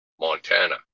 Montana